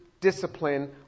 discipline